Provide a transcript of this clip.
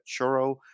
churro